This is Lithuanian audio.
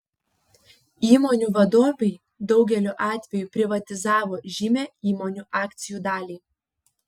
įmonių vadovai daugeliu atveju privatizavo žymią įmonių akcijų dalį